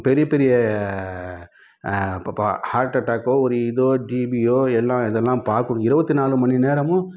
பெரிய பெரிய இப்போ அப்போ ஹார்ட் அட்டாக்கோ ஒரு இதோ டிபியோ எல்லாம் இதல்லாம் பாக்கு இருபத்தி நாலு மணி நேரமும்